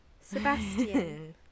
Sebastian